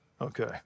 okay